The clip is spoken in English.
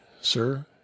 sir